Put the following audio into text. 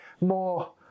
more